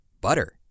butter